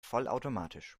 vollautomatisch